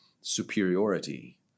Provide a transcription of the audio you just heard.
superiority